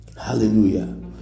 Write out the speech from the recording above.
Hallelujah